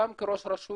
גם כראש הרשות,